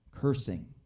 Cursing